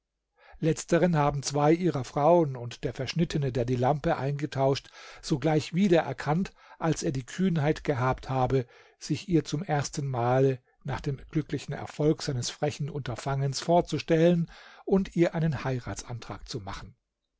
letzteren haben zwei ihrer frauen und der verschnittene der die lampe eingetauscht sogleich wieder erkannt als er die kühnheit gehabt habe sich ihr zum ersten male nach dem glücklichen erfolg seines frechen unterfangens vorzustellen und ihr einen heiratsantrag zu machen